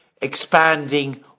expanding